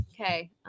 Okay